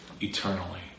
eternally